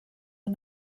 are